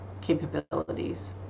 capabilities